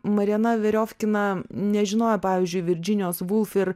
mariana veriofkina nežinojo pavyzdžiui virdžinijos vulf ir